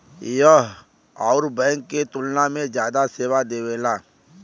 यह अउर बैंक के तुलना में जादा सेवा देवेला